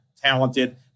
talented